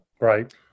Right